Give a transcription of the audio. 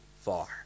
far